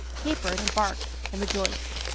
capered, and barked, and rejoiced.